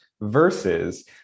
versus